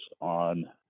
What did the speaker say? on